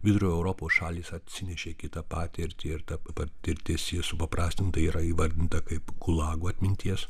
vidurio europos šalys atsinešė kitą patirtį ir ta patirtis supaprastintai yra įvardinta kaip gulago atminties